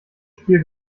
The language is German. spiel